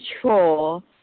control